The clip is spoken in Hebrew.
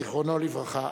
זיכרונו לברכה.